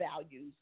values